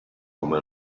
come